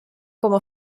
como